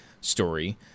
story